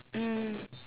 mmhmm